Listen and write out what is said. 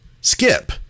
skip